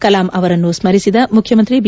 ಕಲಾಂ ಅವರನ್ನು ಸ್ನರಿಸಿದ ಮುಖ್ಯಮಂತ್ರಿ ಬಿ